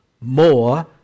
more